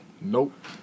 Nope